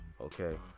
Okay